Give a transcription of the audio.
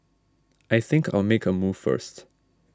I think I'll make a move first